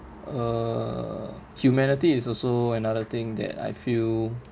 uh humanity is also another thing that I feel